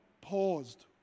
paused